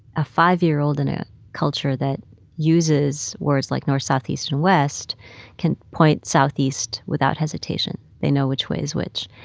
a five year old in a culture that uses words like north, south, east and west can point southeast without hesitation. they know which way is which.